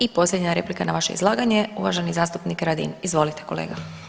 I posljednja replika na vaše izlaganje uvaženi zastupnik Radin, izvolite kolega.